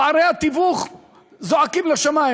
פערי התיווך זועקים לשמים.